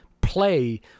play